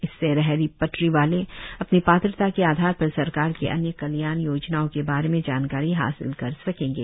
इससे रेहड़ी पटरी वाले अपनी पात्रता के आधार पर सरकार की अन्य कल्याण योजनाओं के बारे में जानकारी हासिल कर सकेंगे